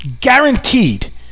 guaranteed